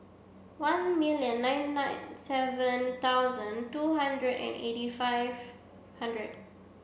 one million nine nine seven thousand two hundred and eighty five hundred